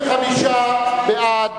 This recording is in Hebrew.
25 בעד,